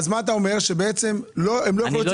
עולם התמיכות בתקציב ההמשכי מתוקצב